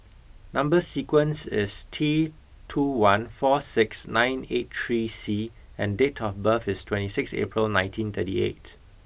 number sequence is T two one four six nine eight three C and date of birth is twenty sixth April nineteen thirty eight